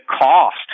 cost